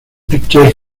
pictures